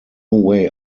way